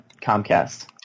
Comcast